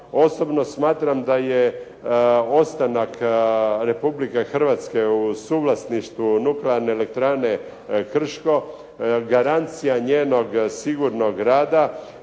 Osobno smatram da je ostanak Republike Hrvatske u suvlasništvu NE "Krško" garancija njenog sigurnog rada